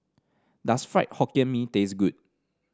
does Fried Hokkien Mee taste good